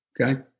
Okay